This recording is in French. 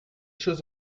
choses